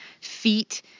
feet